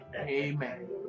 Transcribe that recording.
Amen